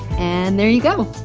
and there you go.